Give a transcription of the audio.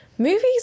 Movies